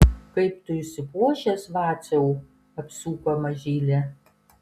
kaip tu išsipuošęs vaciau apsuko mažylį